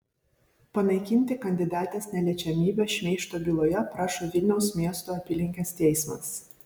panaikinti kandidatės neliečiamybę šmeižto byloje prašo vilniaus miesto apylinkės teismas